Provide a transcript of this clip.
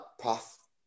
path